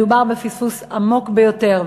מדובר בפספוס עמוק ביותר.